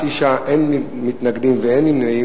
אין מתנגדים ואין נמנעים.